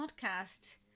podcast